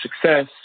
success